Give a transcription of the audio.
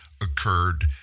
occurred